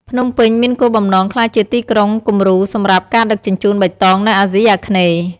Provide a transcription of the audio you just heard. ភ្នំពេញមានគោលបំណងក្លាយជាទីក្រុងគំរូសម្រាប់ការដឹកជញ្ជូនបៃតងនៅអាស៊ីអាគ្នេយ៍។